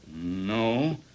No